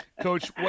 Coach